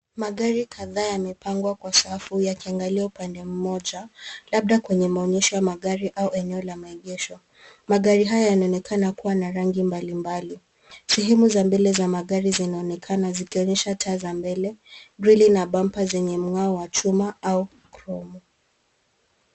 Magari kadhaa yamepangwa kwa safu yakiangalia upande mmoja labda kwenye maonyesho ya magari au eneo la maegesho. Magari haya yanaonekana kuwa na rangi mbalimbali. Sehemu za mbele za magari zinaonekana zikionyesha taa za mbele, grili na bampa zenye mng'ao wa chuma au kromu .